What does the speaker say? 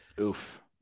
Oof